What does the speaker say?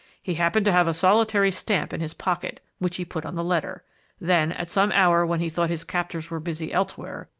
he happened to have a solitary stamp in his pocket, which he put on the letter. then, at some hour when he thought his captors were busy elsewhere,